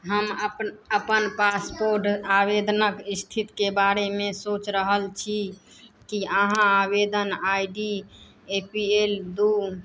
हम अपन पासपोर्ट आवेदनक स्थितिके बारेमे सोच रहल छी कि अहाँ आवेदन I D A P L दू